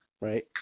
Right